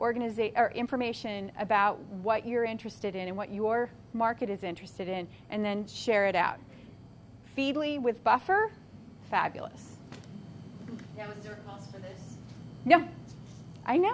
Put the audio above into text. organization information about what you're interested in and what your market is interested in and then share it out feedly with buffer fabulous no i now